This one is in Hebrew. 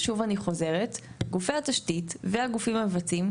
גופי התשתית והגופים המבצעים,